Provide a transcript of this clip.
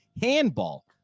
handball